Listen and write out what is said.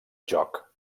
joc